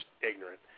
ignorant